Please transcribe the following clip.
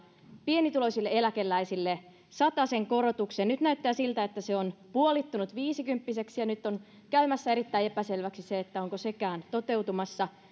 pienituloisille eläkeläisille satasen korotuksen ja nyt näyttää siltä että se on puolittunut viisikymppiseksi ja nyt on käymässä erittäin epäselväksi se onko sekään toteutumassa